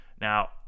Now